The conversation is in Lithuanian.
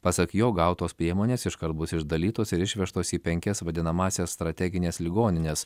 pasak jo gautos priemonės iškart bus išdalytos ir išvežtos į penkias vadinamąsias strategines ligonines